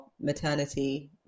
maternity